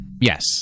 Yes